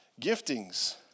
giftings